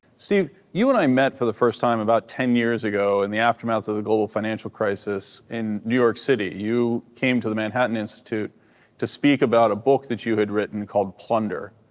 sort of you and i met for the first time about ten years ago in the aftermath of the global financial crisis in new york city. you came to the manhattan institute to speak about a book that you had written called, plunder.